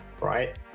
right